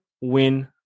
win